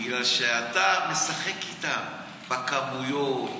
בגלל שאתה משחק איתם בכמויות.